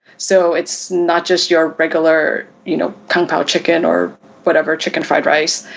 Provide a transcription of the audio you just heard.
so it's not just your regular, you know, kung-pau chicken or whatever, chicken fried rice.